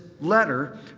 letter